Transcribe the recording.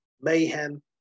Mayhem